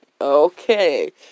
Okay